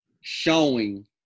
showing